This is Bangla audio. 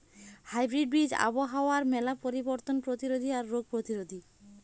হাইব্রিড বীজ আবহাওয়ার মেলা পরিবর্তন প্রতিরোধী আর রোগ প্রতিরোধী